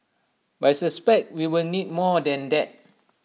but I suspect we will need more than that